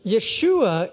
Yeshua